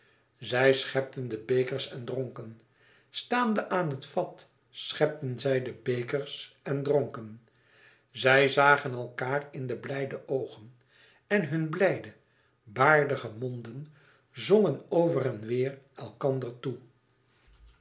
zij schepten de bekers en dronken staande aan het vat schepten zij de bekers en dronken zij zagen elkaâr in de blijde oogen en hunne blijde baardige monden zongen over en weêr elkander toe